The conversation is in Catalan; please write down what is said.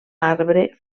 arbre